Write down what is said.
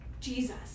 Jesus